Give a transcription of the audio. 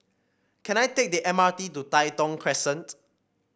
can I take the M R T to Tai Thong Crescent